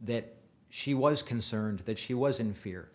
that she was concerned that she was in fear